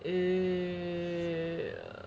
mmhmm